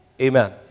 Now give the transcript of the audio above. Amen